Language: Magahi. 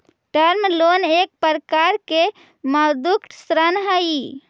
टर्म लोन एक प्रकार के मौदृक ऋण हई